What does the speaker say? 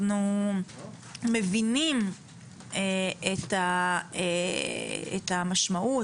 אנחנו מבינים את המשמעות,